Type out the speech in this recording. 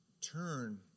turn